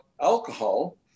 alcohol